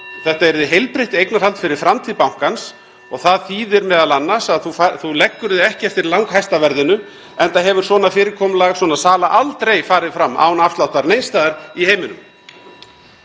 þetta yrði heilbrigt eignarhald fyrir framtíð bankans og það þýðir m.a. að þú leggur þig ekki eftir langhæsta verðinu enda hefur svona fyrirkomulag, svona sala aldrei farið fram án afsláttar neins staðar í heiminum.